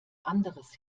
anderes